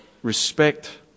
respect